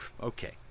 Okay